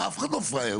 אף אחד לא פראייר.